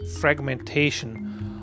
fragmentation